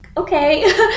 okay